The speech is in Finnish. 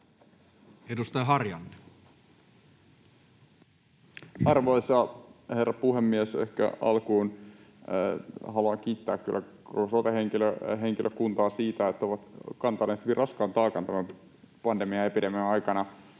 19:30 Content: Arvoisa herra puhemies! Alkuun haluan kyllä kiittää koko sote-henkilökuntaa siitä, että he ovat kantaneet hyvin raskaan taakan tämän pandemian aikana,